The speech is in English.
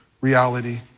reality